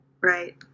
Right